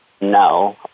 no